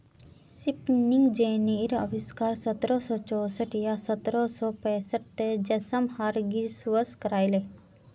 spinning जेनीर अविष्कार सत्रह सौ चौसठ या सत्रह सौ पैंसठ त जेम्स हारग्रीव्स करायले